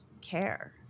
care